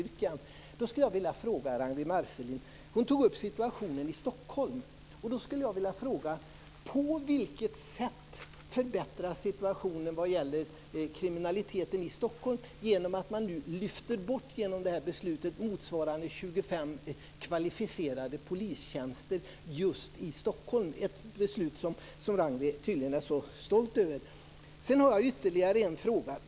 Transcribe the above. Ragnwi Marcelind, som tog upp situationen i Stockholm: På vilket sätt förbättras situationen vad gäller kriminaliteten i Stockholm genom att man via det här beslutet lyfter bort motsvarande 25 kvalificerade polistjänster just i Stockholm, ett beslut som Ragnwi Marcelind tydligen är stolt över? Jag har ytterligare en fråga.